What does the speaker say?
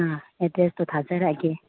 ꯑꯥ ꯑꯦꯗ꯭ꯔꯦꯁꯇꯣ ꯊꯥꯖꯔꯛꯑꯒꯦ